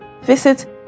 visit